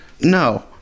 No